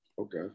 okay